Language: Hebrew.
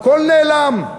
הכול נעלם.